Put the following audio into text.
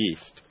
east